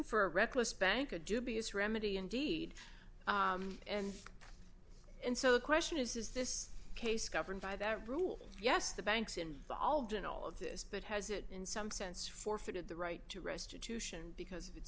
a reckless bank a dubious remedy indeed and and so the question is is this case governed by that rule yes the banks involved in all of this but has it in some sense forfeited the right to restitution because of its